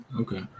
Okay